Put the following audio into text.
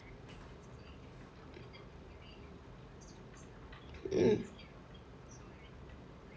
mm